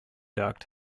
duct